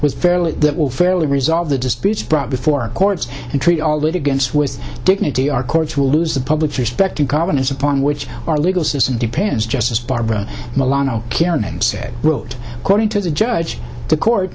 was fairly that will fairly resolve the disputes brought before courts and treat all that against with dignity our courts will lose the public's respect to comment upon which our legal system depends just as barbara said wrote quoting to the judge the court